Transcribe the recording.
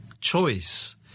choice